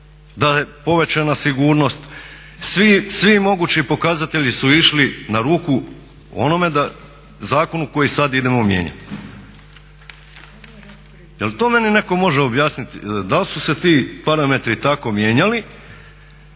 da je povećana sigurnost. Svi mogući pokazatelji su išli na ruku onome zakonu koji sad idemo mijenjati. Jel' to meni netko može objasniti da li su se ti parametri tako mijenjali